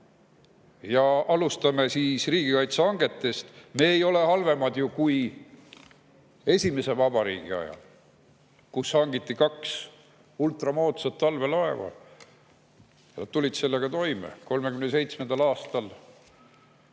Ja alustame siis riigikaitsehangetest. Me ei ole ju halvemad, kui oldi esimese vabariigi ajal, kui hangiti kaks ultramoodsat talvelaeva. Nad tulid sellega toime, 1937. aastal